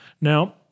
Now